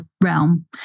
realm